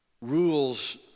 rules